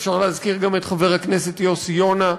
אפשר להזכיר גם את חבר הכנסת יוסי יונה,